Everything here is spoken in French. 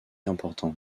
important